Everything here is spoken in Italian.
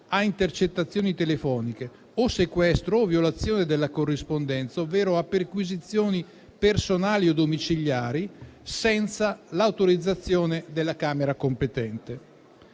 a intercettazioni telefoniche o sequestro o violazione della corrispondenza, ovvero a perquisizioni personali e domiciliari, senza l'autorizzazione della Camera competente.